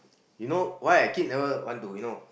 you know why I keep never want to you know